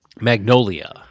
Magnolia